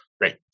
Great